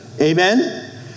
Amen